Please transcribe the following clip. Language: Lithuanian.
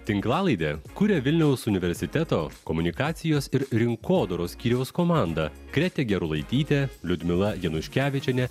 tinklalaidę kuria vilniaus universiteto komunikacijos ir rinkodaros skyriaus komanda gretė gerulaitytė liudmila januškevičienė